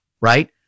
right